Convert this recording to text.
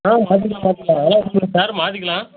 ஆ மாற்றிக்கலாம் மாற்றிக்கலாம் அதெலாம் ஒன்றும் இல்லை சார் மாற்றிக்கலாம்